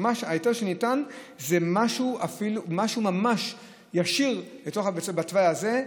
ההיתר שניתן זה משהו ממש ישיר לתוך התוואי הזה,